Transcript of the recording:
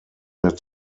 mehr